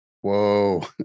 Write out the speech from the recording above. Whoa